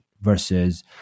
versus